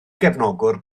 gefnogwr